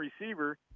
receiver